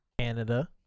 canada